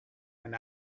and